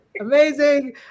Amazing